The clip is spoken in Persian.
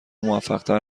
موفقتر